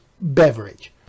beverage